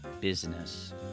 business